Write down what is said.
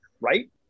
Right